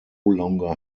longer